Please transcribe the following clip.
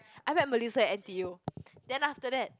I met Melissa at n_t_u then after that